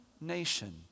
nation